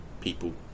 people